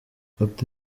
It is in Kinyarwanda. ati